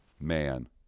man